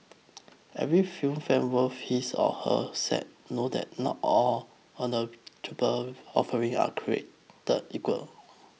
every film fan worth his or her salt know that not all ignoble offering are created equal